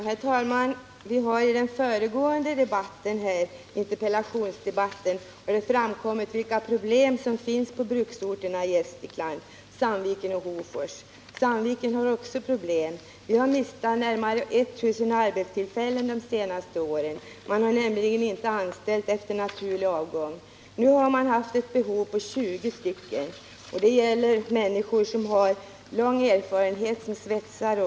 Herr talman! Det har ju i den nyligen avslutade interpellationsdebatten framkommit vilka problem som finns på bruksorterna Sandviken och Hofors i Gästrikland. Även Sandviken har alltså problem. Vi har mist närmare 1 000 arbetstillfällen under de senaste åren, då man inte anställt efter naturlig avgång. Nu har man haft ett behov av 20 arbetare, bl.a. personer som har lång erfarenhet som svetsare.